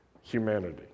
humanity